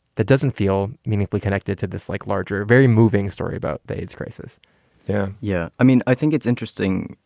that doesn't feel meaningfully connected to this. like larger, very moving story about the aids crisis yeah. yeah. i mean, i think it's interesting.